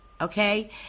okay